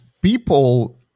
people